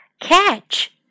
Catch